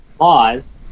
laws